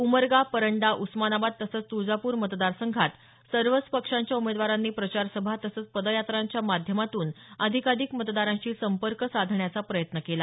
उमरगा परंडा उस्मानाबाद तसंच तुळजापूर मतदार संघात सर्वच पक्षांच्या उमेदवारांनी प्रचार सभा तसंच पदयात्रांच्या माध्यमातून अधिकाधिक मतदारांशी संपर्क साधण्याचा प्रयत्न केला